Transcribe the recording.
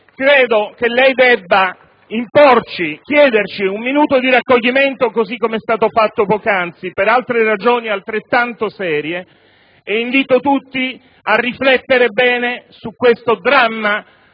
Credo che lei debba imporci, chiederci un minuto di raccoglimento, così come è stato fatto poc'anzi per altre ragioni altrettanto serie e invito tutti a riflettere bene sul dramma